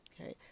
okay